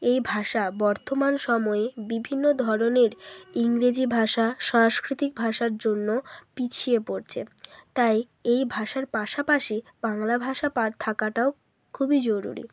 এই ভাষা বর্তমান সময়ে বিভিন্ন ধরনের ইংরেজি ভাষা সাংস্কৃতিক ভাষার জন্য পিছিয়ে পড়ছে তাই এই ভাষার পাশাপাশি বাংলা ভাষা পাঠ থাকাটাও খুবই জরুরি